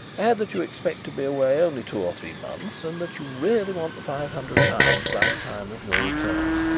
add that you expect to be away only two or three months and that you really want the five hundred pounds by the time of your return.